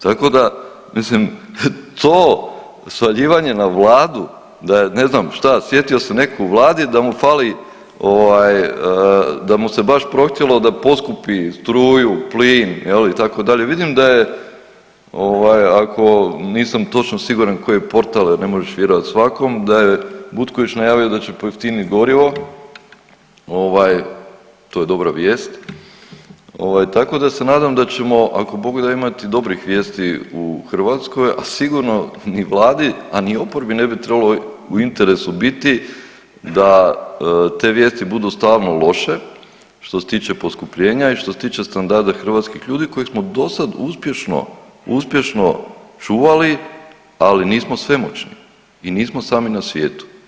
Tako da mislim to svaljivanje na vladu da je ne znam šta, sjetio se neko u vladi da mu fali ovaj, da mu se baš prohtjelo da poskupi struju, plin, je li itd., vidim da je ovaj ako, nisam točno siguran koji je portal jer ne možeš vjerovat svakom, da je Butković najavio da će pojeftinit gorivo, ovaj to je dobra vijest, ovaj tako da se nadam da ćemo ako Bog da imati dobrih vijesti u Hrvatskoj, a sigurno ni vladi, a ni oporbi ne bi trebalo u interesu biti da te vijesti budu stalno loše što se tiče poskupljenja i što se tiče standarda hrvatskih ljudi kojih smo dosad uspješno, uspješno čuvali, ali nismo svemoćni i nismo sami na svijetu.